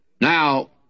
Now